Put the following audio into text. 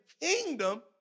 kingdom